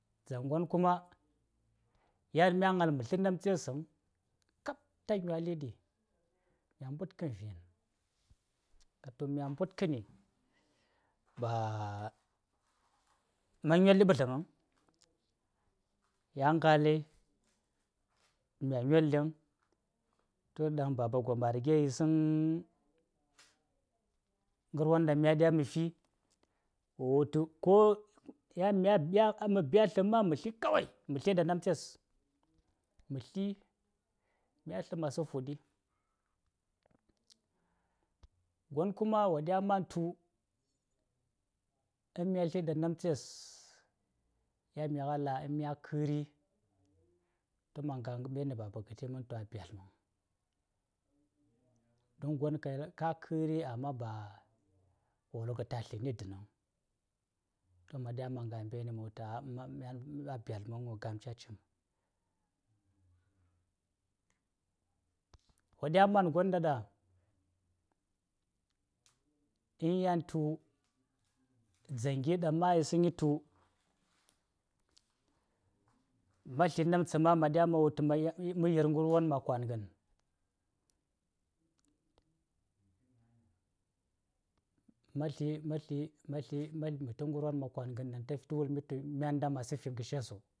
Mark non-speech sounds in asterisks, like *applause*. ﻿Dzaŋ gwon kuma, yan mya ŋal ma sla namtsesaŋ, kab ta nyoali ɗi, mya mbudkan vịn ka tum mya mbudkani, ba ma nyolɗi ɓazlaŋaŋ, ya ngalai, in mya nyolɗiŋ, to ɗaŋ Baba gwom a riga yisaŋay ŋarwon ɗaŋ mya ɗya ma fi, wo wul tu ko ma, ma byaltan ma ma sla kawai, ma slaɗa namtsaes, ma sla, Mya sla ma̱ slaŋ fuɗi. Gwon kuma wo ɗya mantu, in mya sla ɗa namtsaes, yaŋ ma'ghla̱, yan mya karri, ta man gagh laɓigwon ɗaŋ ci ba daɗi laɓi gwon ka yel ka karri amma ba wo wulgh tu a slanni danaŋ, to ma̱ ɗya ma̱ nga: mɓerni ma wul tu, ah, *unintelligible* myan ga̱m cacim. Wo ɗya man gwon ɗa-ɗa, in yan tu, dzaŋ gi ɗan ma̱ yi saŋay tuma̱ sla namtsaŋ ma̱ ɗya ma̱ wul tu ma yir ngarwon ka kwanghan, ma̱ sla-ma̱ sla-ma̱ sla-ma̱ sla na kwanghen ta wul mi tu ni myan nda ma slaŋ fi ngarsheso.